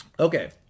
Okay